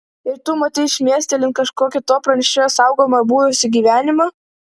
ir tu matei šmėstelint kažkokį to pranešėjo saugomą buvusį gyvenimą